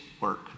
work